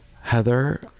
Heather